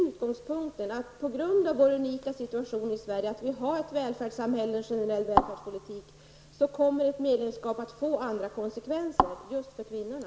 Utgångspunkten är, på grund av vår unika situation i Sverige med ett välfärdssamhälle och en generell välfärdspolitik, att ett medlemskap kommer att få andra konsekvenser just för kvinnorna.